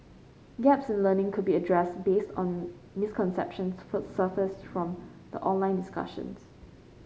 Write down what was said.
gaps in learning could be addressed based on misconceptions fir surfaced from the online discussions